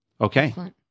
Okay